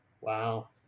Wow